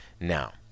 now